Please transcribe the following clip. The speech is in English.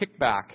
kickback